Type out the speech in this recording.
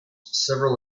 several